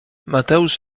mateusz